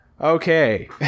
Okay